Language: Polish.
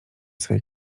swej